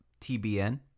TBN